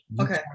okay